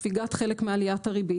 ספיגת חלק מעליית הריבית.